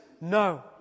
no